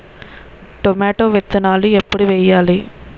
Tomato విత్తనాలు ఎప్పుడు వెయ్యాలి?